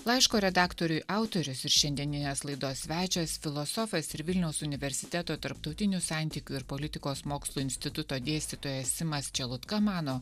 laiško redaktoriui autorius ir šiandieninės laidos svečias filosofas ir vilniaus universiteto tarptautinių santykių ir politikos mokslų instituto dėstytojas simas čelutka mano